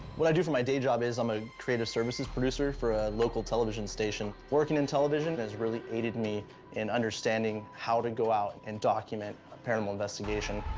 what i do for my day job is i'm a creative services producer for a local television station. working in television has really aided me in understanding how to go out and document a paranormal investigation.